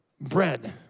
bread